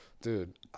Dude